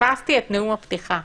-- פספסתי את נאום הפתיחה.